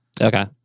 Okay